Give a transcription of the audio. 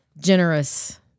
generous